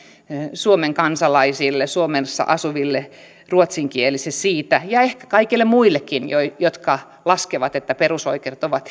suomen kansalaisille suomessa asuville ruotsinkielisille ja ehkä kaikille muillekin jotka jotka laskevat että perusoikeudet ovat